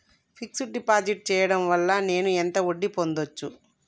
Fix డ్ deposit చేయటం వల్ల నేను ఎంత వడ్డీ పొందచ్చు?